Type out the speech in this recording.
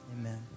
amen